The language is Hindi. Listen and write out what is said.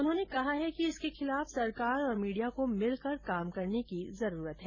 उन्होंने कहा है कि इसके खिलाफ सरकार और मीडिया को मिलकर काम करने की जरूरत है